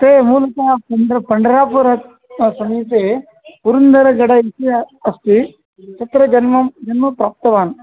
ते मूलका पड्र पण्डरपुरं समीपे पुरुन्दरगड इति अस्ति तत्र जन्मं जन्मं प्राप्तवान्